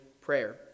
prayer